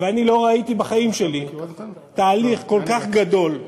ואני לא ראיתי בחיים שלי תהליך כל כך גדול,